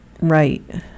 right